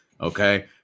okay